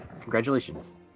Congratulations